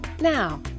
Now